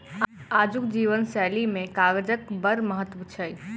आजुक जीवन शैली मे कागजक बड़ महत्व छै